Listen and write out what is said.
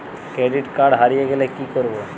Credit card হারিয়ে গেলে কি করব?